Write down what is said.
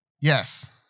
yes